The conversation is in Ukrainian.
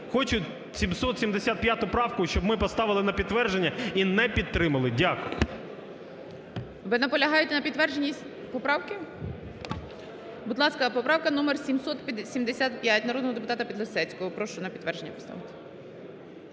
Хочу, 775 правку щоб ми поставили на підтвердження і не підтримали. Дякую. ГОЛОВУЮЧИЙ. Ви наполягаєте на підтвердженні поправки? Будь ласка, поправка номер 775 народного депутата Підлісецького, прошу на підтвердження поставити.